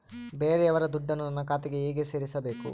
ಬೇರೆಯವರ ದುಡ್ಡನ್ನು ನನ್ನ ಖಾತೆಗೆ ಹೇಗೆ ಸೇರಿಸಬೇಕು?